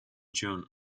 june